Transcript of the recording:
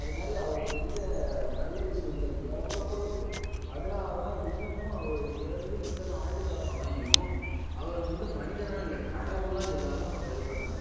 அது மாதிரி அவர் செஞ்ச நல்ல விஷயங்கள் எவ்வளவோ இருக்கு அதனாலதான் இன்னமும் அவர் இறந்து இத்தனை ஆண்டு காலம் ஆகியும் அவரை வந்து மனிதனாக இல்லை கடவுளாக எல்லோரும் வழிபடுறாங்க